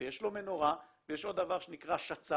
יש לו מנורה, ויש עוד דבר שנקרא שצ"פ.